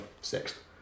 sixth